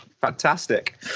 fantastic